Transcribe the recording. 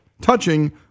touching